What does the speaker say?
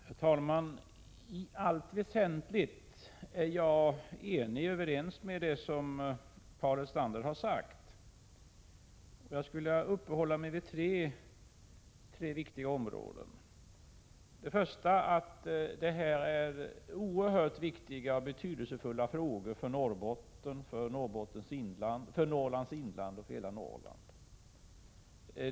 Herr talman! I allt väsentligt instämmer jag i vad Paul Lestander sagt. Jag skulle vilja uppehålla mig vid tre viktiga områden. Först och främst: Detta är oerhört betydelsefulla och viktiga frågor för Norrbotten, Norrlands inland och hela Norrland.